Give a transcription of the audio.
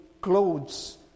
clothes